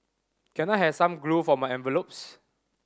can I have some glue for my envelopes